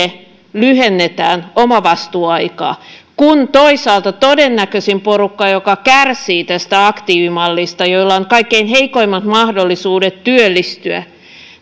lyhennetään omavastuuaikaa kun toisaalta todennäköisin porukka joka kärsii tästä aktiivimallista ja jolla on kaikkein heikoimmat mahdollisuudet työllistyä